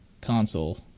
console